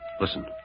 Listen